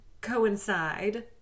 coincide